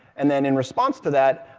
and then in response to that,